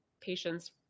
patients